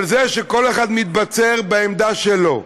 אבל זה שכל אחד מתבצר בעמדה שלו,